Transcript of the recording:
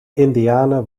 indianen